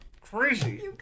crazy